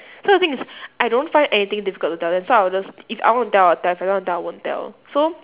so the thing is I don't find anything difficult to tell them so I'll just if I want to tell I'll tell if I don't want to tell I won't tell so